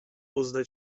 uzdę